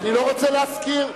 אני לא רוצה להזכיר,